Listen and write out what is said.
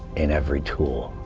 in every tool,